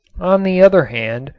on the other hand,